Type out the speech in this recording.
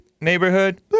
neighborhood